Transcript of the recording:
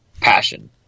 Passion